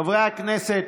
חברי הכנסת,